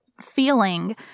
feeling